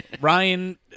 Ryan